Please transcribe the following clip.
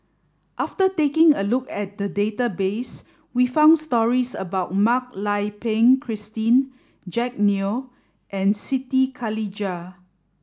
after taking a look at the database we found stories about Mak Lai Peng Christine Jack Neo and Siti Khalijah